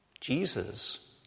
Jesus